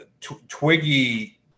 Twiggy